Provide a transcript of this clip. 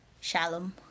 Shalom